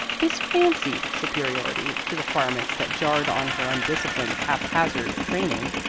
this fancied superiority to requirements that jarred on her undisciplined, haphazard training,